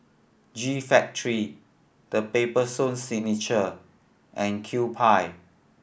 G Factory The Paper Stone Signature and Kewpie